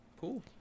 cool